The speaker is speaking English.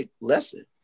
lesson